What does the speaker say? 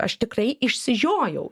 aš tikrai išsižiojau